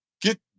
get